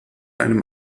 einem